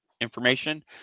information